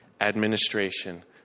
administration